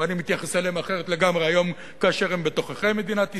ואני מתייחס אליהם אחרת לגמרי היום כאשר הם בתוככי מדינת ישראל,